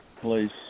place